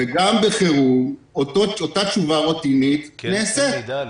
גם בחירום אותה תשובה רוטינית ניתנת.